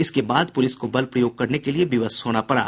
इसके बाद पुलिस को बल प्रयोग करने के लिए विवश होना पड़ा